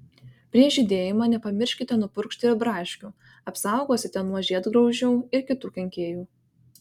prieš žydėjimą nepamirškite nupurkšti ir braškių apsaugosite nuo žiedgraužių ir kitų kenkėjų